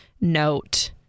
note